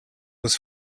was